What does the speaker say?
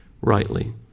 rightly